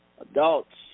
Adults